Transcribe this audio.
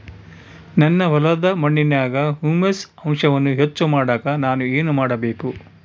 ನನ್ನ ಹೊಲದ ಮಣ್ಣಿನಾಗ ಹ್ಯೂಮಸ್ ಅಂಶವನ್ನ ಹೆಚ್ಚು ಮಾಡಾಕ ನಾನು ಏನು ಮಾಡಬೇಕು?